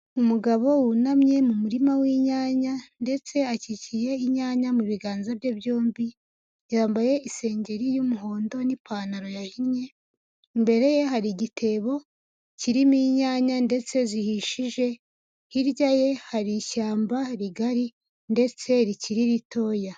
Umugabo wunamye mu murima w'inyanya ndetse akikiye inyanya mu biganza bye byombi, yambaye isengeri y'umuhondo n'ipantaro yahinnye, imbere ye hari igitebo kirimo inyanya ndetse zihishije, hirya ye hari ishyamba rigari ndetse rikiri ritoya.